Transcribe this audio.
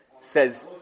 says